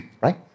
right